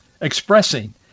expressing